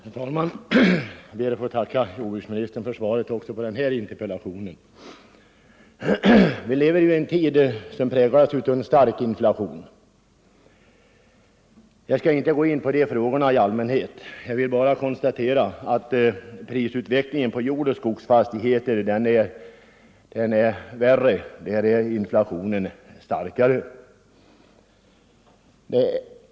Herr talman! Jag ber att få tacka jordbruksministern också för svaret på den här interpellationen. Vi lever i en tid som präglas av stark inflation. Jag skall emellertid inte gå in på de frågorna i allmänhet, utan jag vill bara beträffande prisutvecklingen på jordoch skogsfastigheter konstatera att där är inflationen ändå värre.